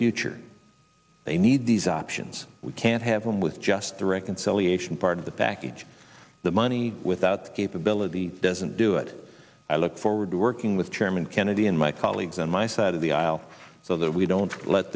future they need these options we can't have them with just the reconciliation part of the package the money without capability doesn't do it i look forward to working with chairman kennedy and my colleagues on my side of the aisle so that we don't let